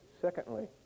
secondly